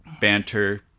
banter